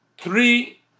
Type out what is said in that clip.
three